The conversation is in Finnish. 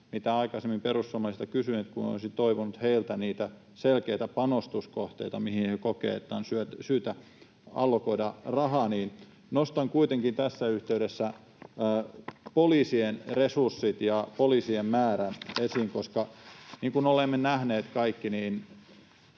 mitä aikaisemmin perussuomalaisilta kysyin, kun olisin toivonut heiltä niitä selkeitä panostuskohteita, mihin he kokevat, että on syytä allokoida rahaa. Nostan kuitenkin tässä yhteydessä poliisien resurssit ja poliisien määrän esiin, koska niin kuin me kaikki